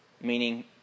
meaning